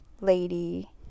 lady